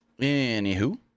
Anywho